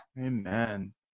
Amen